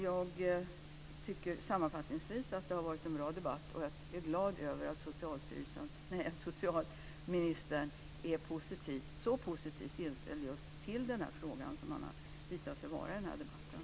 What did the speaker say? Jag tycker sammanfattningsvis att det har varit en bra debatt, och jag är glad över att socialministern är så positivt inställd till just denna fråga som han har visat sig vara i den här debatten.